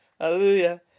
Hallelujah